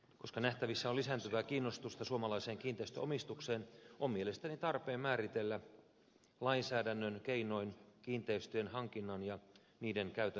koska nähtävissä on lisääntyvää kiinnostusta suomalaiseen kiinteistönomistukseen on mielestäni tarpeen määritellä lainsäädännön keinoin kiinteistöjen hankinnan ja niiden käytön pelisäännöt